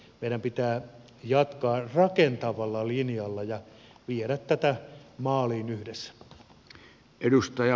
meidän pitää jatkaa rakentavalla linjalla ja viedä tätä maaliin yhdessä